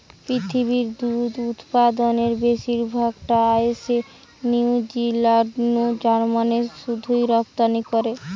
পৃথিবীর দুধ উতপাদনের বেশির ভাগ টা আইসে নিউজিলান্ড নু জার্মানে শুধুই রপ্তানি করে